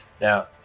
Now